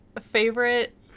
Favorite